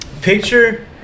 Picture